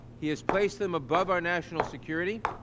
he has placed them above our national security,